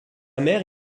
mère